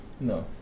No